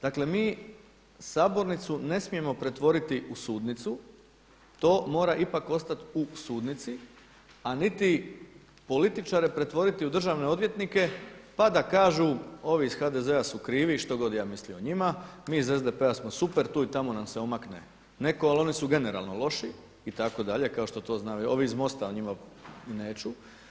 Dakle, mi sabornicu ne smijemo pretvoriti u sudnicu to mora ipak ostati u sudnici, a niti političare pretvoriti u državne odvjetnike pa da kažu ovi iz HDZ-a su krivi što god ja mislio o njima, mi iz SDP-a smo super, tu i tamo nam se omakne neko ali oni su generalno loši itd. kao što znaju ovi iz MOST-a o njima ni neću.